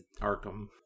Arkham